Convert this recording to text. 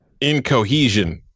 incohesion